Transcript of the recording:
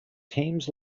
teams